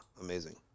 Amazing